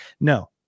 No